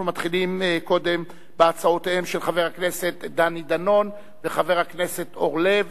אנחנו מתחילים בהצעותיהם של חבר הכנסת דני דנון וחבר הכנסת אורלב.